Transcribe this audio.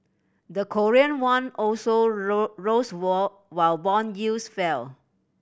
the Korean won also rose all while bond yields fell